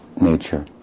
nature